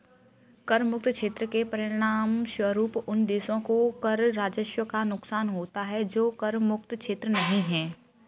कर मुक्त क्षेत्र के परिणामस्वरूप उन देशों को कर राजस्व का नुकसान होता है जो कर मुक्त क्षेत्र नहीं हैं